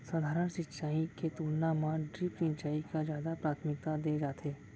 सधारन सिंचाई के तुलना मा ड्रिप सिंचाई का जादा प्राथमिकता दे जाथे